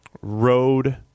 road